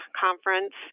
conference